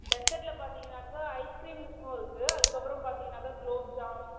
டெசர்டில் பார்த்தீங்கன்னாக்கா ice cream இருக்குது அதுக்கப்புறம் பார்த்தீங்கன்னாக்கா க்லோப்ஜாம்